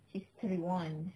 she's thirty one